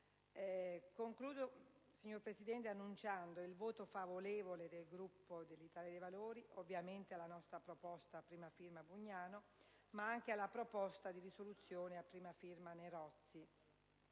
Concludo, signora Presidente, annunciando il voto favorevole del Gruppo dell'Italia dei Valori, ovviamente alla nostra proposta, a prima firma della senatrice Bugnano, ma anche alla proposta di risoluzione n. 2, a prima firma del